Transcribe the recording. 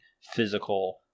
physical